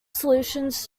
solutions